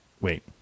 Wait